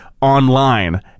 online